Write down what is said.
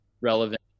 relevant